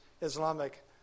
Islamic